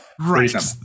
Right